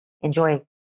enjoy